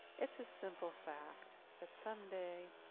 it's a simple fact that someday,